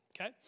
okay